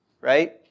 right